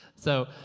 so,